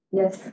yes